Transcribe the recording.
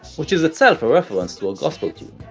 which is itself a reference to a gospel tune.